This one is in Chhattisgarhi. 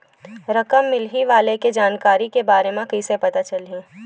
रकम मिलही वाले के जानकारी के बारे मा कइसे पता चलही?